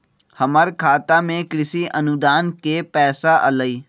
हमर खाता में कृषि अनुदान के पैसा अलई?